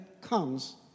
comes